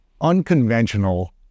unconventional